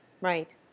Right